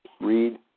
read